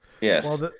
Yes